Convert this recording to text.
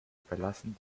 überlassen